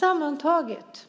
Sammantaget